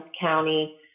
County